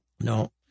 No